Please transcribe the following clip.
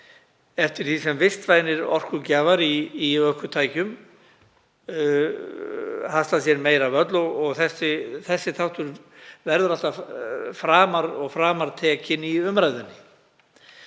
eftir því sem vistvænir orkugjafar í ökutækjum hasla sér meira völl og þessi þáttur verður sífellt tekinn framar í umræðunni.